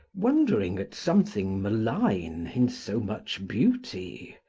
wondering at something malign in so much beauty.